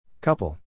Couple